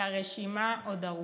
והרשימה עוד ארוכה,